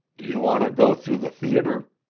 do you want to go through the theater?